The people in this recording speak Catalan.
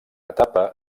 etapa